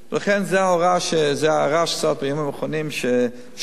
לכן זה הרעש בימים האחרונים, שוק שחור,